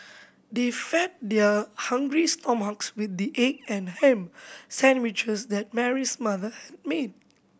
they fed their hungry stomachs with the egg and ham sandwiches that Mary's mother had made